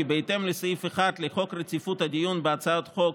כי בהתאם לסעיף 1 לחוק רציפות הדיון בהצעות חוק,